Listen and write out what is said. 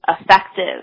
effective